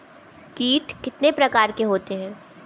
कीट कितने प्रकार के होते हैं?